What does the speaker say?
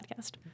podcast